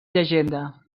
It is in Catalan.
llegenda